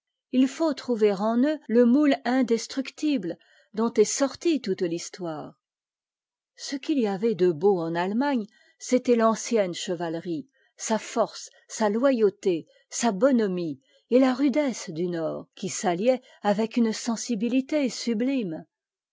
h faut trouver en eux le moule indestructibte dont est sortietoutet'histoire j r l ce qu'il y avait de beau en allemagne c'était l'ancienne chevalerie sa force sa loyauté sa bonhomie et la rudesse du nord qui s'attiait avec une sensibilité sub